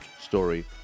Story